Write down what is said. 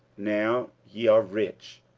now ye are rich,